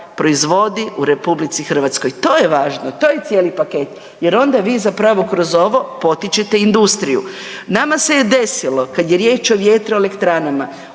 proizvodi u RH, to je važno, to je cijeli paket jer onda vi zapravo kroz ovo potičete industriju. Nama se je desilo kad je riječ o vjetroelektranama,